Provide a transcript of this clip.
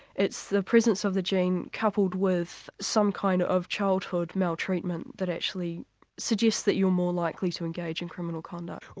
it's the presence of the gene, coupled with some kind of childhood maltreatment that actually suggests that you're more likely to engage in criminal conduct.